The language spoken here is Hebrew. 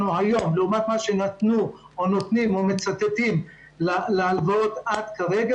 היום ולעומת מה שנתנו או נותנים להלוואות כרגע.